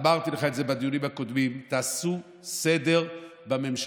אמרתי לך את זה בדיונים הקודמים: תעשו סדר בממשלה,